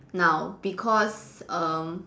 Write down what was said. now because um